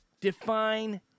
Define